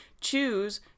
choose